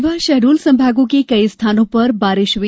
रीवा शहडोल संभागों के कई स्थानों पर भी बारिश हुई